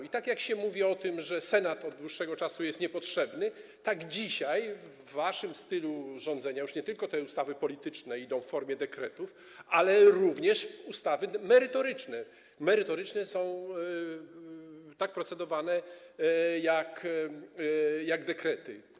I tak jak się mówi o tym, że Senat od dłuższego czasu jest niepotrzebny, tak dzisiaj w waszym stylu rządzenia już nie tylko te ustawy polityczne idą w formie dekretów, ale również ustawy merytoryczne: merytoryczne są tak procedowane jak dekrety.